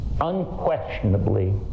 unquestionably